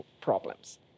problems